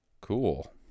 cool